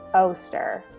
oster.